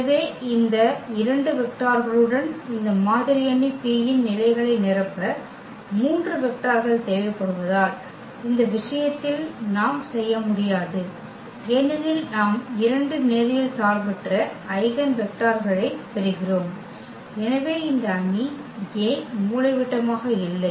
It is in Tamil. எனவே இந்த 2 வெக்டர்களுடன் இந்த மாதிரி அணி P இன் நிலைகளை நிரப்ப 3 வெக்டர்கள் தேவைப்படுவதால் இந்த விஷயத்தில் நாம் செய்ய முடியாது ஏனெனில் நாம் 2 நேரியல் சார்பற்ற ஐகென் வெக்டர்களைப் பெறுகிறோம் எனவே இந்த அணி A மூலைவிட்டமாக இல்லை